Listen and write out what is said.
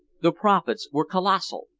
the profits were colossal.